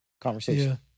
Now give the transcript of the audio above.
conversation